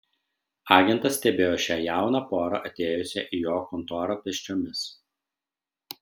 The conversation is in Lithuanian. agentas stebėjo šią jauną porą atėjusią į jo kontorą pėsčiomis